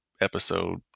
episode